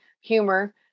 humor